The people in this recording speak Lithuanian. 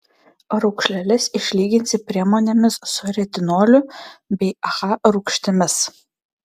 raukšleles išlyginsi priemonėmis su retinoliu bei aha rūgštimis